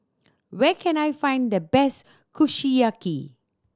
where can I find the best Kushiyaki